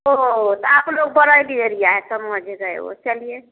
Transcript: ओ त आप लोग बरैदी एरिया है समझ गए ओ चलिए